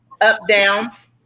up-downs